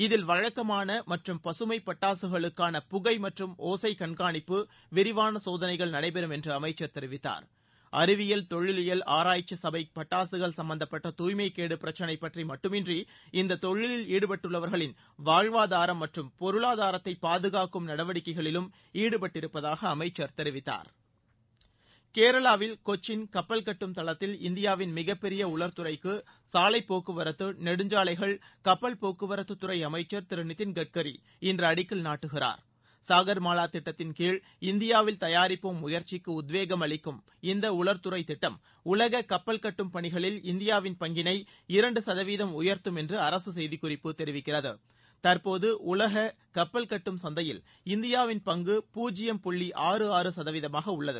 இதில் வழக்கமான மற்றும் பசுமை பட்டாசுகளுக்கான புகை மற்றும் ஒசை கண்காணிப்பு விரிவான சோதனைகள் நடைபெறும் என்று அமைச்சர் தெரிவித்தார் அறிவில் தொழிலியல் ஆராய்ச்சி சபை பட்டாசுகள் சம்பந்தப்பட்ட தூய்மைக்கேடு பிரச்சினை பற்றி மட்டுமன்றி இந்த தொழிலில் ஈடுபட்டுள்ளவர்களின் வாழ்வாதாரம் மற்றும் பொருளாதாரத்தை பாதுகாக்கும் நடவடிக்கைகளிலும் ஈடுபட்டிருப்பதாக அமைச்சர் தெரிவித்தார் கேரளாவில் கொச்சின் கப்பல் கட்டும் தளத்தில் இந்தியாவின் மிகப்பெரிய உலர் துறைக்கு சாலைப்போக்குவரத்து நெடுஞ்சாலைகள் கப்பல் போக்குவரத்து துறை அமைச்சர் திரு நிதின் கட்கரி இன்று அடிக்கல் நாட்டுகிறார் சாகர்மாலா திட்டத்தின் கீழ் இந்தியாவில் தயாரிப்போம் முயற்சிக்கு உத்வேகம் அளிக்கும் இந்த உலர் துறை திட்டம் உலக கப்பல் கட்டும் பணிகளில் இந்தியாவின் பங்கினை இரண்டு சதவீதம் உயர்த்தும் என்று அரசு செய்திக்குறிப்பு தெரிவிக்கிறது தற்போது உலக கப்பல் கட்டும் சந்தையில் இந்தியாவின் பங்கு பூஜ்யம் புள்ளி ஆறு ஆறு சதவீதமாக உள்ளது